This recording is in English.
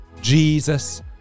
Jesus